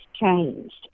changed